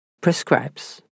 prescribes